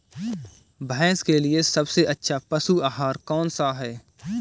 भैंस के लिए सबसे अच्छा पशु आहार कौनसा है?